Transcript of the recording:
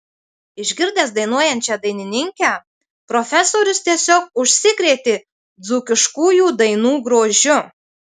išgirdęs dainuojančią dainininkę profesorius tiesiog užsikrėtė dzūkiškųjų dainų grožiu